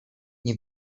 nie